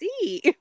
see